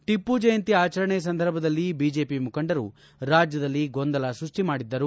ಟಪ್ಪು ಜಯಂತಿ ಆಚರಣೆ ಸಂದರ್ಭದಲ್ಲಿ ಬಿಜೆಪಿ ಮುಖಂಡರು ರಾಜ್ಯದಲ್ಲಿ ಗೊಂದಲ ಸೈಕ್ಕಿ ಮಾಡಿದ್ದರು